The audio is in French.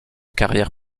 carrière